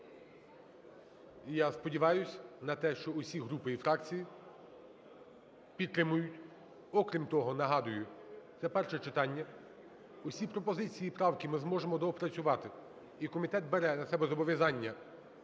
я сподіваюсь на те, що усі групи і фракції підтримають. Окрім того, нагадую, це перше читання. Усі пропозиції і правки ми зможемо доопрацювати, і комітет бере на себе зобов'язання